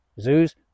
zoos